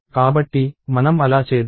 కాబట్టి మనం అలా చేద్దాం